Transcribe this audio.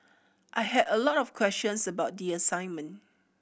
I had a lot of questions about the assignment